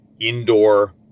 indoor